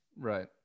Right